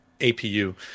APU